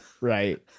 Right